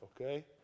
okay